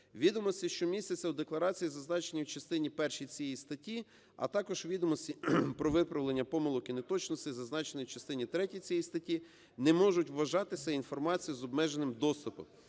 "Відомості, що містяться у декларації, зазначеній у частині першій цієї статті, а також відомості про виправлення помилок і неточностей, зазначених у частині третій цієї статті, не можуть вважатися інформацією з обмеженим доступом".